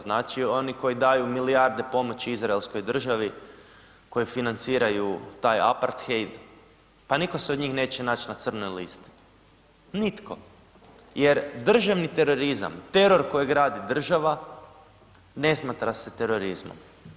Znači, oni koji daju milijarde pomoći Izraelskoj državi, koji financiraju taj Aparthejd, pa nitko se od njih neće naći na crnoj listi, nitko jer državni terorizam, teror kojeg radi država, ne smatra se terorizmom.